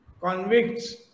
convicts